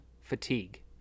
fatigue